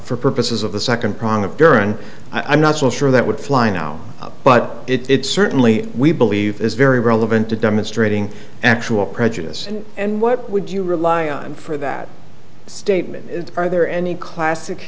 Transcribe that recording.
for purposes of the second prong of fear and i'm not so sure that would fly now but it certainly we believe is very relevant to demonstrating actual prejudice and what would you rely on for that statement are there the classic